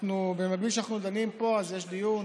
במקביל לזה שאנחנו דנים פה, יש דיון